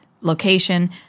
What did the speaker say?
location